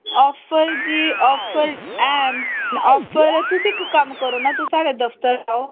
offer जी आफर हैन आफर तुस इक कम्म करो ना तुस साढ़े दफ्तर आओ